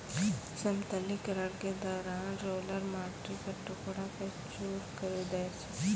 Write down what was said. समतलीकरण के दौरान रोलर माटी क टुकड़ा क चूर करी दै छै